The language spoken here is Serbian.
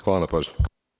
Hvala na pažnji.